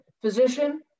physician